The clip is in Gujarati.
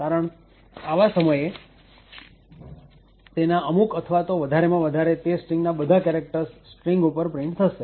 કારણ આવા સમયે તેના અમુક અથવા તો વધારેમાં વધારે તે સ્ટ્રીંગના બધા કેરેક્ટર્સ સ્ક્રીન ઉપર પ્રિન્ટ થશે